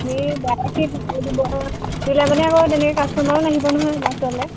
আমি ডাৰেক্ট দিলে মানে আকৌ তেনেকৈ কাষ্টমাৰো নাহিব নহয় আমাৰ ওচৰলৈ